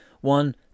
One